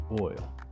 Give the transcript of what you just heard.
oil